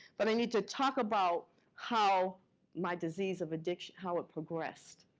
but i need to talk about how my disease of addiction, how it progressed.